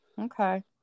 Okay